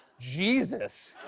jesus.